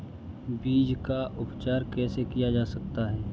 बीज का उपचार कैसे किया जा सकता है?